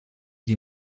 die